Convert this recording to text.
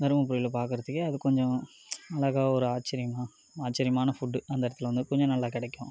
தருமபுரியில் பார்க்குறதுக்கே அது கொஞ்சம் அழகாக ஒரு ஆச்சரியமாக ஆச்சரியமான ஃபுட்டு அந்த இடத்துல வந்து கொஞ்சம் நல்லா கிடைக்கும்